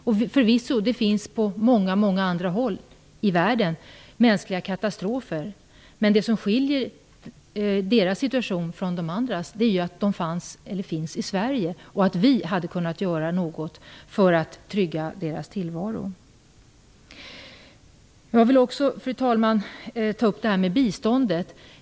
Det finns förvisso mänskliga katastrofer på många andra håll i världen, men det som skiljer dessa personers situation från de andras är att de finns Sverige och att vi hade kunnat göra något för att trygga deras tillvaro. Jag vill också, fru talman, ta upp frågan om biståndet.